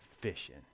fishing